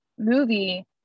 movie